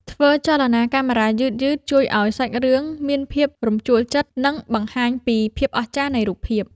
ធ្វើចលនាកាមេរ៉ាយឺតៗជួយឱ្យសាច់រឿងមានភាពរំជួលចិត្ត និង បង្ហាញពីភាពអស្ចារ្យនៃរូបភាព។